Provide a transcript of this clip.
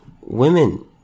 Women